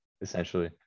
essentially